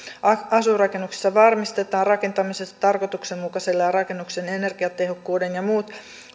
asuinrakennuksessa varmistetaan rakentamisessa tarkoituksenmukaisella ja rakennuksen energiatehokkuuden ja muut